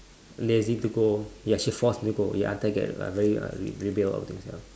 lazy to go ya she force me go until get uh very uh rebel ya